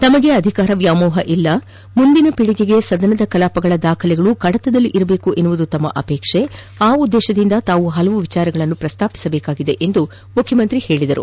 ತಮಗೆ ಅಧಿಕಾರ ವ್ಯಾಮೋಹವಿಲ್ಲ ಮುಂದಿನ ಪೀಳಿಗೆಗೆ ಸದನದ ಕಲಾಪಗಳ ದಾಖಲೆಗಳು ಕಡತದಲ್ಲಿ ಇರಬೇಕು ಎನ್ನುವುದು ತಮ್ಮ ಅಪೇಕ್ಷೆ ಆ ಉದ್ದೇಶದಿಂದ ತಾವು ಹಲವು ವಿಷಯಗಳನ್ನು ಪ್ರಸ್ತಾಪಿಸಬೇಕಾಗಿದೆ ಎಂದರು